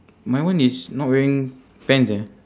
my one is not wearing pants eh